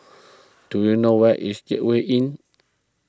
do you know where is Gateway Inn